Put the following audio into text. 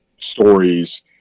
stories